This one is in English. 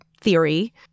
theory